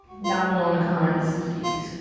down below in the comments, jeez.